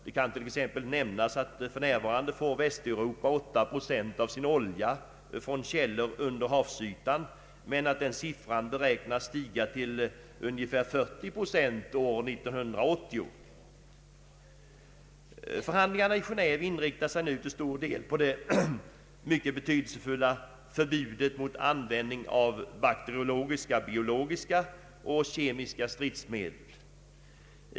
Det kan t.ex. nämnas att Västeuropa för närvarande får 8 procent av sin olja från källor under havsytan men att denna siffra beräknas stiga till ungefär 40 procent år 1980. sig nu till stor del på det mycket betydelsefulla förbudet mot användning av bakteriologiska, biologiska och kemiska stridsmedel.